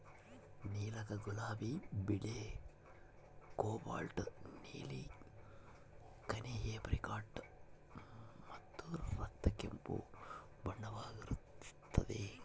ನೀಲಕ ಗುಲಾಬಿ ಬಿಳಿ ಕೋಬಾಲ್ಟ್ ನೀಲಿ ಕೆನೆ ಏಪ್ರಿಕಾಟ್ ಮತ್ತು ರಕ್ತ ಕೆಂಪು ಬಣ್ಣವಾಗಿರುತ್ತದೆ